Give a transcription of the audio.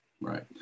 Right